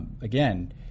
again